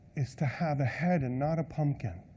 is to have a head and not a pumpkin.